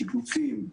שיפוצים,